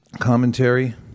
Commentary